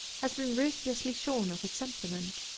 has been ruthlessly shorn of its sentiment.